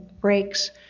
breaks